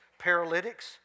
paralytics